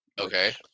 Okay